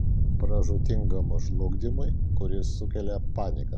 pražūtingam žlugdymui kuris sukelia panika